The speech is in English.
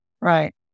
Right